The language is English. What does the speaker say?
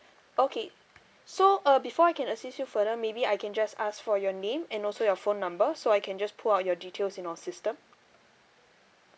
okay so uh before I can assist you further maybe I can just ask for your name and also your phone number so I can just put out your details in our system